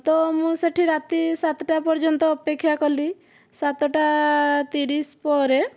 ତ ମୁଁ ସେଠି ରାତି ସାତଟା ପର୍ଯ୍ୟନ୍ତ ଅପେକ୍ଷା କଲି ସାତଟା ତିରିଶ ପରେ